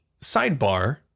sidebar